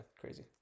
crazy